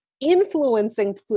influencing